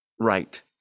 right